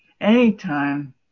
anytime